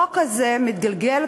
החוק הזה מתגלגל